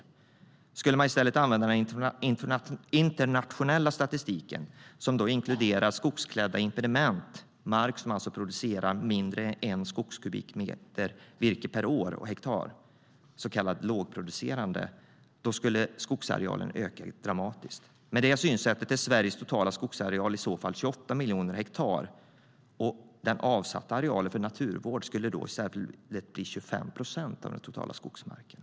Skogsarealen skulle öka dramatiskt om man i stället använde internationell statistik som inkluderar skogsklädda impediment, mark som producerar mindre än en skogskubikmeter virke per hektar och år, så kallad lågproducerande mark. Med det synsättet skulle Sveriges totala skogsareal vara drygt 28 miljoner hektar, och den avsatta arealen för naturvård skulle i stället vara 25 procent av den totala skogsarealen.